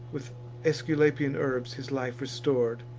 with aesculapian herbs his life restor'd.